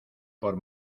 por